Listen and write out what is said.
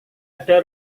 ada